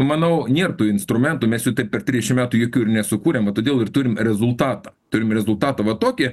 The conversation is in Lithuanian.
manau nėr tų instrumentų mes jų taip per trisdešim metų jokių ir nesukūrėm va todėl ir turim rezultatą turim rezultatą va tokį